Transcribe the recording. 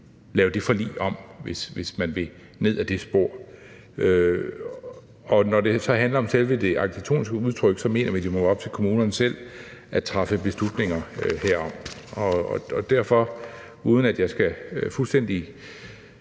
lave det forlig om, hvis man vil ned ad det spor. Når det så handler om selve det arkitektoniske udtryk, mener vi, det må være op til kommunerne selv at træffe beslutninger herom. Derfor, uden at jeg fuldstændig